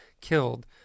killed